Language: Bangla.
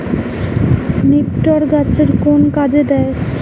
নিপটর গাছের কোন কাজে দেয়?